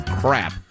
crap